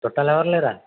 చుట్టాలు ఎవరు లేరా